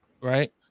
right